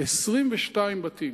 22 בתים?